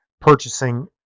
purchasing